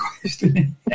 question